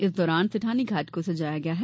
इस दौरान सेठानी घांट को सजाया गया है